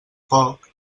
poc